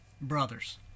brothers